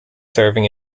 serving